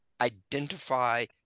identify